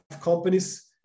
companies